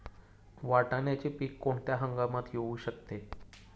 वाटाण्याचे पीक कोणत्या हंगामात येऊ शकते?